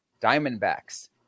Diamondbacks